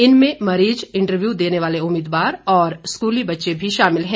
इनमें मरीज़ इंटरव्यू देने वाले उम्मीदवार और स्कूली बच्चे भी शामिल हैं